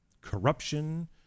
corruption